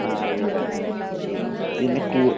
ആ ആയിക്കോട്ടെ പിന്നെ കൂ